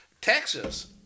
Texas